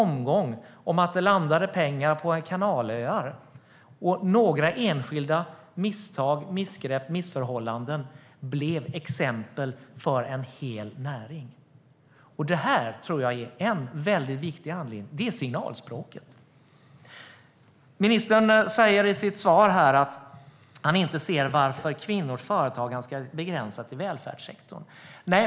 Man sa att det landade pengar på några kanalöar. Några enskilda missförhållanden blev exempel för en hel näring. Det är signalspråket. Ministern säger i sitt svar att han inte ser varför kvinnors företagande ska begränsas till välfärdssektorn.